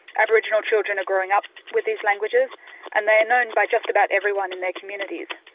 aboriginal children are growing up with these languages and they are known by just about everyone in their communities.